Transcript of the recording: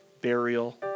burial